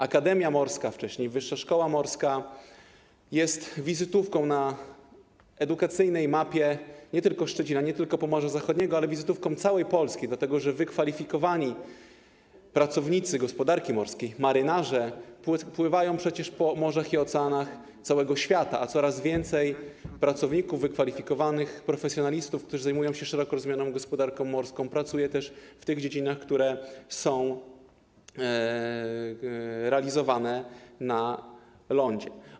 Akademia Morska, wcześniej Wyższa Szkoła Morska, jest wizytówką na edukacyjnej mapie nie tylko Szczecina, nie tylko Pomorza Zachodniego, ale wizytówką całej Polski, dlatego że wykwalifikowani pracownicy gospodarki morskiej, marynarze, pływają przecież po morzach i oceanach całego świata, a coraz więcej pracowników wykwalifikowanych, profesjonalistów, którzy zajmują się szeroko rozumianą gospodarką morską, pracuje też w tych dziedzinach, które są realizowane na lądzie.